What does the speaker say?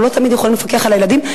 אנחנו לא תמיד יכולים לפקח על הילדים,